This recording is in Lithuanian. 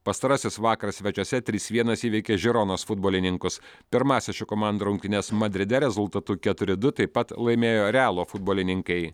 pastarasis vakarą svečiuose trys vienas įveikė žironos futbolininkus pirmąsias šių komandų rungtynes madride rezultatu keturi du taip pat laimėjo realo futbolininkai